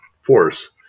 force